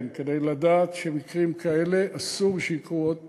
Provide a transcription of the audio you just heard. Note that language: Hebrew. כן, כדי לדעת שמקרים כאלה אסור שיקרו עוד פעם.